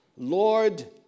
Lord